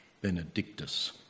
benedictus